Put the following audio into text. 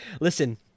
Listen